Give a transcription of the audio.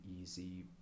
easy